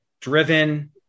driven